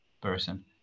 person